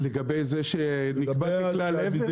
לגבי זה שנקבע בכלל איזה?